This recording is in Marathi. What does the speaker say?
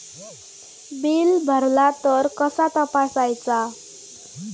बिल भरला तर कसा तपसायचा?